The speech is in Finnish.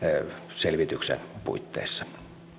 selvityksen puitteissa